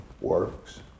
works